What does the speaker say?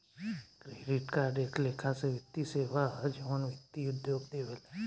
credit card एक लेखा से वित्तीय सेवा ह जवन वित्तीय उद्योग देवेला